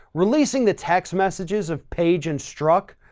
releasing the text messages of page and strzok,